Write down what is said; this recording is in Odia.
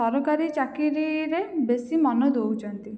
ସରକାରୀ ଚାକିରୀରେ ବେଶୀ ମନ ଦଉଛନ୍ତି